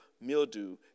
mildew